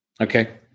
Okay